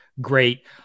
great